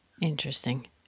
Interesting